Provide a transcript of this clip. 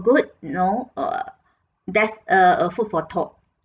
good you know err best uh uh food for thought